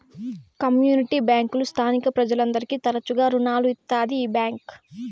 community బ్యాంకులు స్థానిక ప్రజలందరికీ తరచుగా రుణాలు ఇత్తాది ఈ బ్యాంక్